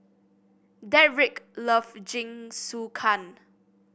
Dedrick love Jingisukan